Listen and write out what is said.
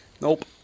Nope